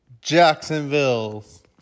Jacksonville's